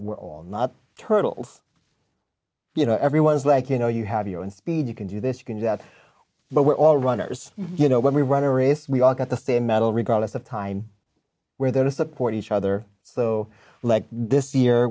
were all not turtles you know everyone's like you know you have your own speed you can do this you can do that but we're all runners you know when we run a race we all got the same metal regardless of time we're there to support each other so this year